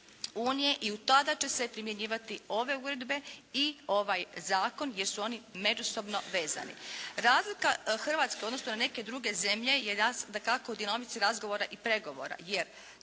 unije i tada će se primjenjivati ove uredbe i ovaj Zakon gdje su oni međusobno vezani. Razlika Hrvatske u odnosu na neke druge zemlje je dakako u djelomici razgovora i pregovora